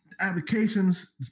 Applications